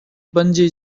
bungee